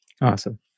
Awesome